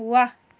वाह